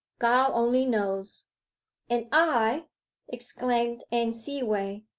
god only knows and i exclaimed anne seaway,